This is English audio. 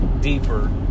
deeper